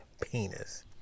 penis